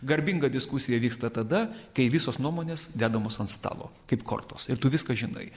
garbinga diskusija vyksta tada kai visos nuomonės dedamos ant stalo kaip kortos ir tu viską žinai